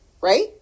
right